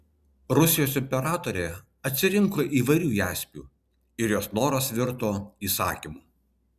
rusijos imperatorė atsirinko įvairių jaspių ir jos noras virto įsakymu